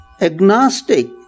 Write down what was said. agnostic